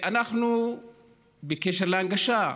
בקשר להנגשה,